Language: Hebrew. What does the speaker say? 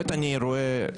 שוב אני פונה אליך.